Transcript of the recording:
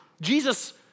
Jesus